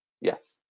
Yes